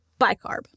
bicarb